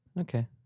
Okay